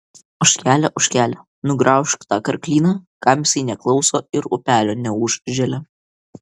ožkele ožkele nugraužk tą karklyną kam jisai neklauso ir upelio neužželia